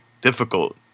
difficult